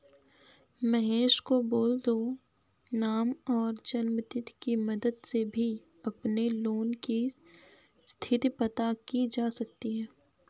महेश को बोल दो नाम और जन्म तिथि की मदद से भी अपने लोन की स्थति पता की जा सकती है